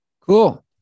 Cool